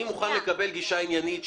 אני מוכן לקבל גישה עניינית שאומרת: